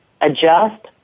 adjust